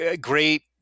Great